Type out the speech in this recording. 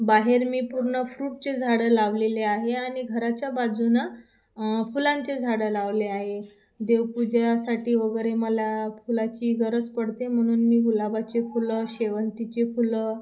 बाहेर मी पूर्ण फ्रूटचे झाडं लावलेले आहे आणि घराच्या बाजूनं फुलांचे झाडं लावले आहे देवपूजेसाठी वगैरे मला फुलाची गरज पडते म्हणून मी गुलाबाचे फुलं शेवंतीचे फुलं